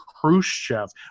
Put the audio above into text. Khrushchev